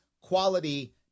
quality